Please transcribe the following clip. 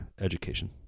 education